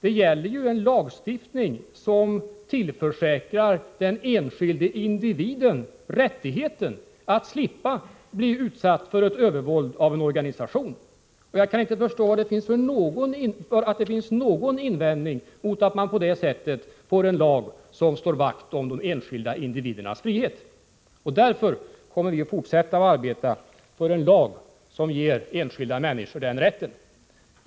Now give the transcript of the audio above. Det gäller ju en lagstiftning, som tillförsäkrar den enskilde individen rättigheten att slippa bli utsatt för övervåld av en organisation. Jag kan inte förstå att det kan göras någon invändning mot att man på detta sätt får en lag, som slår vakt om de enskilda individernas frihet. Därför kommer vi att fortsätta att arbeta för en lag, som ger de enskilda människorna denna rätt.